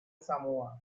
samoa